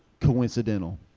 coincidental